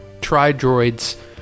tri-droids